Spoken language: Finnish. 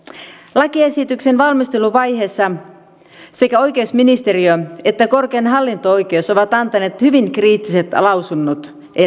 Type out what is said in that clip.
lakiesityksen valmisteluvaiheessa sekä oikeusministeriö että korkein hallinto oikeus ovat antaneet hyvin kriittiset lausunnot